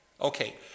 Okay